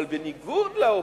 בניגוד לאופוזיציה,